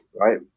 right